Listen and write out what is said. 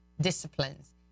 disciplines